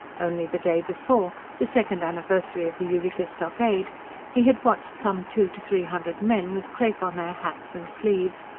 only the day before the second anniversary of the eureka stockade he had watched some two to three hundred men, with crepe on their hats and sleeves,